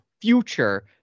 future